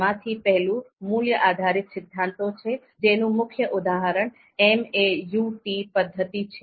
એમાં થી પહેલું મૂલ્ય આધારિત સિદ્ધાંતો છે જેનું મુખ્ય ઉદાહરણ MAUT પદ્ધતિ છે